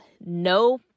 no